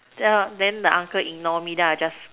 then then the uncle ignore me then I just